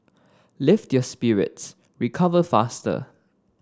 lift your spirits recover faster